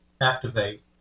activate